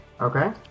Okay